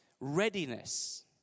Readiness